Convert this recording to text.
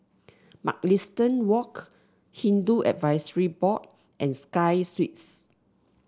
Mugliston Walk Hindu Advisory Board and Sky Suites